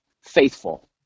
faithful